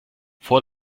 vor